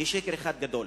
היא שקר אחד גדול.